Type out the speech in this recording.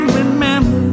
remember